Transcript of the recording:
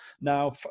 Now